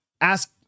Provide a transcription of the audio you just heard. ask